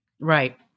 Right